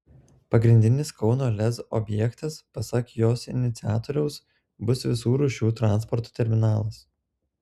pagrindinis kauno lez objektas pasak jos iniciatoriaus bus visų rūšių transporto terminalas